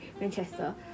Manchester